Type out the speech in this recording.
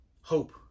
hope